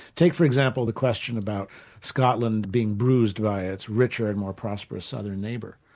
take for example the question about scotland being bruised by its richer and more prosperous southern neighbour.